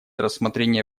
рассмотрение